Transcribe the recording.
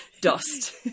dust